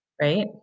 Right